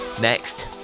Next